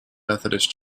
methodist